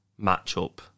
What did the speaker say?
matchup